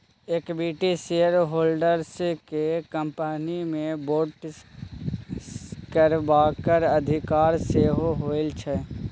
equity shareholders केँ company मे vote करबाक अधिकार सेहो होइ छै